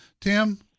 Tim